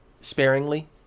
sparingly